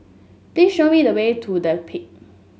please show me the way to The Peak